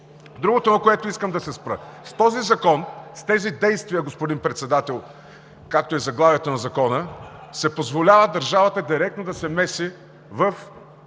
Другото, на което искам да се спра, с този закон, с тези действия, господин Председател, както е заглавието на Закона, се позволява държавата директно да се меси в дейността